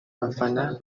abafana